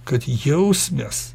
kad jaus nes